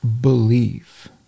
believe